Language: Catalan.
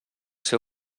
seu